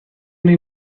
nahi